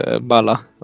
Bala